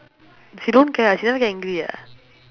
she don't care ah she never get angry ah